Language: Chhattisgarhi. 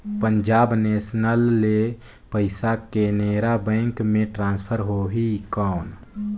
पंजाब नेशनल ले पइसा केनेरा बैंक मे ट्रांसफर होहि कौन?